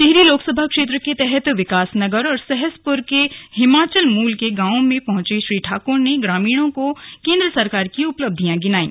टिहरी लोकसभा क्षेत्र के तहत विकासनगर और सहसपुर के हिमाचल मूल के गांवों में पहुंचे श्री ठाकुर ने ग्रामीणों को केंद्र सरकार की उपलब्धियां बताईं